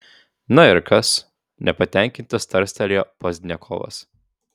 na ir kas nepatenkintas tarstelėjo pozdniakovas